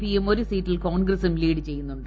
പിയും ഒരു സീറ്റിൽ കോൺഗ്രസും ലീഡ് ചെയ്യുന്നുണ്ട്